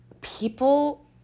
People